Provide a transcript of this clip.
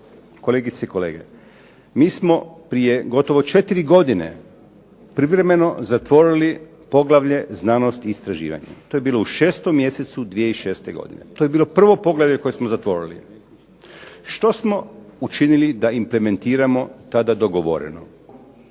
Kolegice i kolege mi smo prije gotovo 4 godine privremeno zatvorili poglavlje znanost i istraživanje, to je bilo u 6. mjesecu 2006. godine, to je bilo prvo poglavlje koje smo zatvorili. Što smo učinili da implementiramo tada dogovoreno.